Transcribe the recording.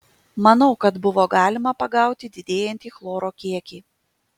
manau kad buvo galima pagauti didėjantį chloro kiekį